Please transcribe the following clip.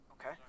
okay